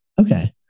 Okay